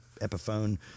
epiphone